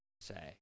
Say